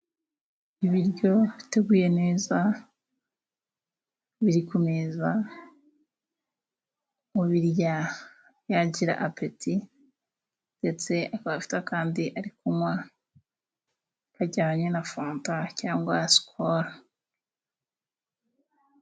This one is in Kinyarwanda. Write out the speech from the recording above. Ibiryo biteguye neza，biri ku meza ubirya yagira apeti，ndetse aba afite akantu ari kunywa kajyanye na fanta cyangwa sicolo.